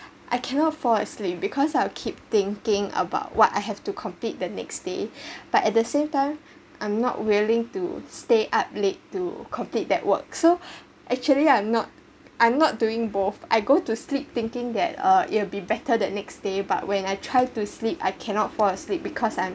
I cannot fall asleep because I'll keep thinking about what I have to complete the next day but at the same time I'm not willing to stay up late to complete that work so actually I'm not I'm not doing both I go to sleep thinking that uh it'll be better the next day but when I tried to sleep I cannot fall asleep because I'm